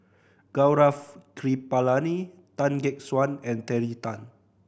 Gaurav Kripalani Tan Gek Suan and Terry Tan